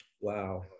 Wow